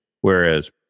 whereas